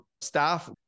staff